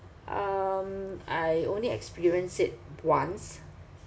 um I only experienced it once